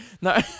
no